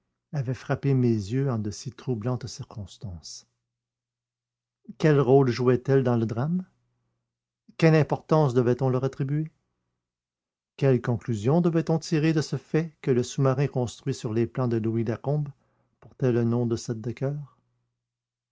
avaient frappé mes yeux en de si troublantes circonstances quel rôle jouaient elles dans le drame quelle importance devait-on leur attribuer quelle conclusion devait-on tirer de ce fait que le sous-marin construit sur les plans de louis lacombe portait le nom de